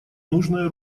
нужное